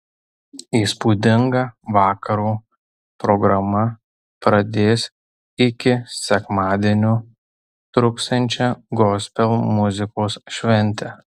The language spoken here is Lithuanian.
įspūdinga vakaro programa pradės iki sekmadienio truksiančią gospel muzikos šventę